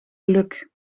geluk